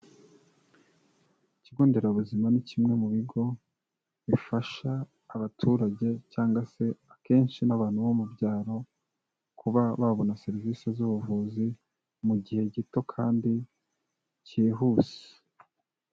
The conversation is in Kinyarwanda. Ikigo nderabuzima ni kimwe mu bigo bifasha abaturage cyangwa se akenshi n'abantu bo mu byaro, kuba babona serivise z'ubuvuzi, mu gihe gito kandi cyihuse.